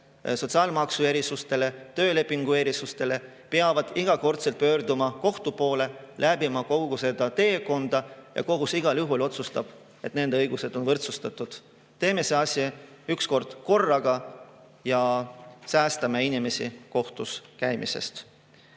sotsiaalmaksu erisustele, töölepingu erisustele, peavad iga kord pöörduma kohtu poole, läbima kogu selle teekonna. Ja kohus igal juhul otsustab, et nende õigused on võrdsustatud. Teeme selle asja üks kord ja korraga, säästame neid inimesi kohtus käimisest.